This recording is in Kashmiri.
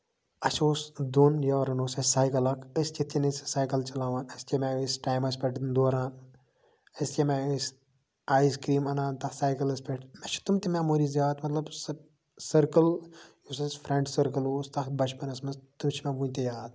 اَسہِ اوس دۄن یارَن اوس اَسہِ سایکَل اَکھ أسۍ کِتھ کَنۍ ٲسۍ سُہ سایکَل چَلاوان اَسہِ کَمہِ آیہِ ٲسۍ ٹایمَس پٮ۪ٹھ دوران أسۍ کَمہِ آیہِ ٲسۍ اَیِس کرٛیٖم اَنان تَتھ سایکٕلَس پٮ۪ٹھ مےٚ چھِ تِم تہِ میموریٖز یاد مطلب سۄ سٔرکٕل یُس اَسہِ فرٛٮ۪نٛڈ سٔرکٕل اوس تَتھ بَچپَنَس منٛز تِم چھِ مےٚ ؤنۍ تہِ یاد